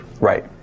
right